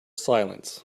silence